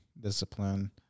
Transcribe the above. discipline